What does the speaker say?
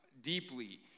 deeply